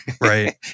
Right